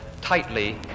tightly